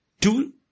two